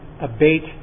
abate